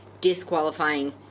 disqualifying